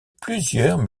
plusieurs